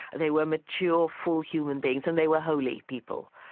they were mature, full human beings, and they were holy people.